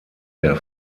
der